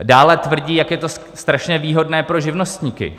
Dále tvrdí, jak je to strašně výhodné pro živnostníky.